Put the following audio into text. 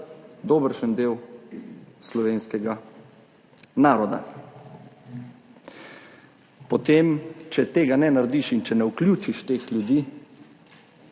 dobršen del slovenskega naroda. Če tega ne narediš in če ne vključiš teh ljudi,